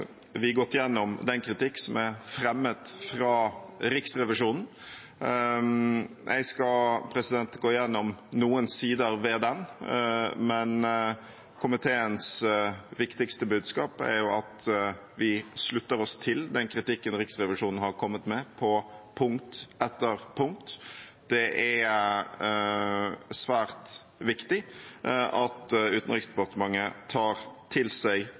vi gått gjennom den kritikk som er fremmet fra Riksrevisjonen. Jeg skal gå gjennom noen sider ved den, men komiteens viktigste budskap er at vi slutter oss til den kritikken Riksrevisjonen har kommet med, på punkt etter punkt. Det er svært viktig at Utenriksdepartementet tar til seg